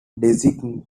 designates